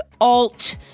alt